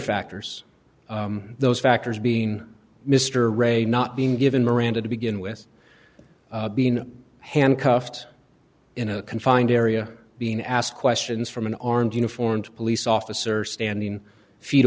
factors those factors being mr ray not being given miranda to begin with being handcuffed in a confined area being asked questions from an armed uniformed police officer standing feet